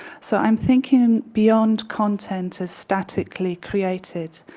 so i'm thinking beyond content is statically created.